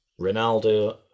ronaldo